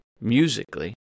musically